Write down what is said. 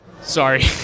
sorry